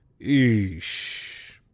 Eesh